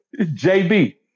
jb